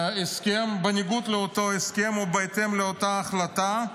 בניגוד לאותו הסכם, ובהתאם לאותה החלטה,